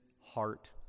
heart